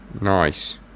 Nice